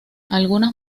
algunas